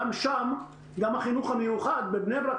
גם שם החינוך המיוחד בבני ברק,